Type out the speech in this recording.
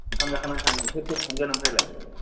ओंखाम जाखांना थांसै सोर सोर थांगोन ओमफ्रायलाय